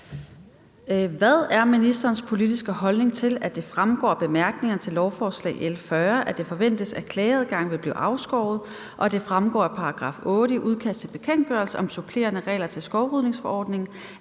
Hvad er ministerens politiske holdning til, at det fremgår af bemærkningerne til lovforslag nr. L 40, at det forventes, at klageadgangen vil blive afskåret, og at det fremgår af § 8 i udkast til bekendtgørelse om supplerende regler til skovrydningsforordningen,